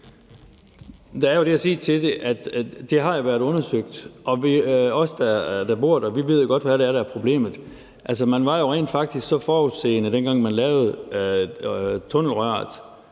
det har været undersøgt. Os, der bor der, ved jo godt, hvad det er, der er problemet. Man var jo rent faktisk forudseende, dengang man lavede tunnelrørene